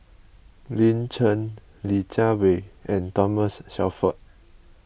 Lin Chen Li Jiawei and Thomas Shelford